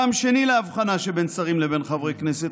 טעם שני להבחנה שבין שרים לבין חברי כנסת